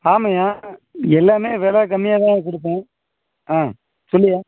ஆமாய்யா எல்லாமே விலை கம்மியாகதாய்யா கொடுப்பேன் சொல்லுய்யா